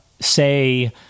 say—